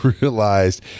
realized